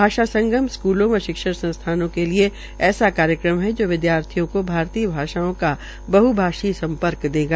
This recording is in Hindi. भाषा संगम स्क्लों व शिक्षण संस्थानों के लिए ऐसा कार्यक्रम है जो विद्यार्थियों को भारतीय भाषाओं का बहभाषी सम्रप्क ेदेगा